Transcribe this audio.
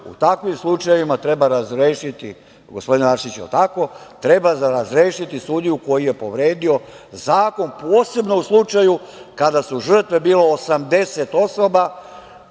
u takvim slučajevima treba razrešiti, gospodine Arsiću – jel tako, treba razrešiti sudiju koji je povredio zakon. Posebno u slučaju kada su žrtve bile 80 osoba